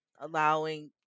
allowing